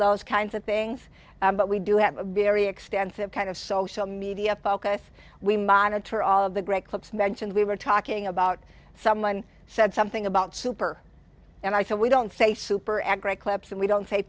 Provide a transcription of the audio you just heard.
those kinds of things but we do have a very extensive kind of social media focus we monitor all of the great clips mentioned we were talking about someone said something about super and i said we don't say super ad